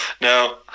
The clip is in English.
no